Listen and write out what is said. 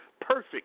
Perfect